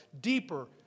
deeper